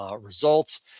Results